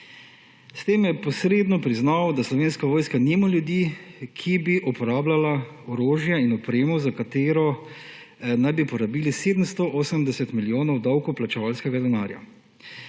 S tem je posredno priznal, da Slovenska vojska nima ljudi, ki bi uporabljali orožje in opremo, za katera naj bi porabili 780 milijonov davkoplačevalskega denarja.